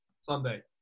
Sunday